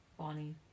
Bonnie